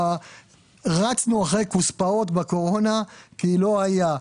רצנו אחרי כוספאות בקורונה כי לא היה,